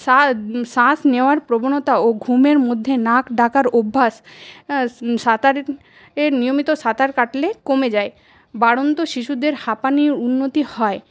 শ্বাস শ্বাস নেওয়ার প্রবণতা ও ঘুমের মধ্যে নাক ডাকার অভ্যাস সাঁতারের নিয়মিত সাঁতার কাটলে কমে যায় বাড়ন্ত শিশুদের হাঁপানির উন্নতি হয়